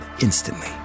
instantly